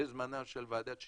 בזמנה של ועדת ששינסקי,